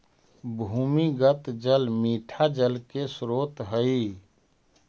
भूमिगत जल मीठा जल के स्रोत हई